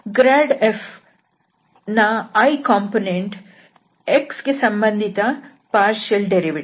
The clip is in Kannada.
ಗ್ರಾಡ್ f ನ i ಕಂಪೋನೆಂಟ್ x ಸಂಬಂಧಿತ ಇದರ ಭಾಗಶಃ ವ್ಯುತ್ಪನ್ನ ಇದರ ಮೌಲ್ಯ 0